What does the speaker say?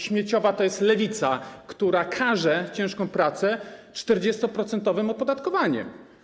Śmieciowa to jest Lewica, która karze ciężką pracę 40-procentowym opodatkowaniem.